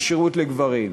ושירות לגברים.